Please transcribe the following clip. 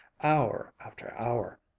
hour after hour,